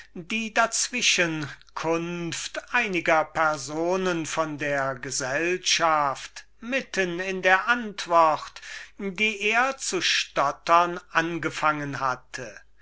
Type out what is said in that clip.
die darzwischenkunft einiger personen von der gesellschaft mitten in der antwort die er zu stottern angefangen hatte